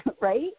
right